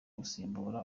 gusimbura